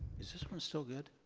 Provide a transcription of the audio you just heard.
is this one still good?